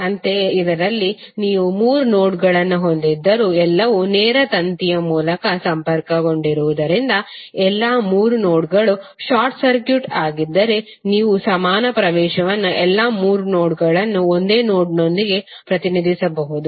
ಅಂತೆಯೇ ಇದರಲ್ಲಿ ನೀವು ಮೂರು ನೋಡ್ಗಳನ್ನು ಹೊಂದಿದ್ದರೂ ಎಲ್ಲವೂ ನೇರ ತಂತಿಯ ಮೂಲಕ ಸಂಪರ್ಕಗೊಂಡಿರುವುದರಿಂದ ಎಲ್ಲಾ ಮೂರು ನೋಡ್ಗಳು ಶಾರ್ಟ್ ಸರ್ಕ್ಯೂಟ್ ಆಗಿದ್ದರೆ ನೀವು ಸಮಾನ ಪ್ರವೇಶವನ್ನು ಎಲ್ಲಾ ಮೂರು ನೋಡ್ಗಳನ್ನು ಒಂದೇ ನೋಡ್ನೊಂದಿಗೆ ಪ್ರತಿನಿಧಿಸಬಹುದು